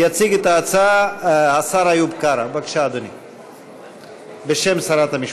יציג את ההצעה השר איוב קרא, בשם שרת המשפטים.